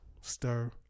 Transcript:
Stir